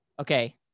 Okay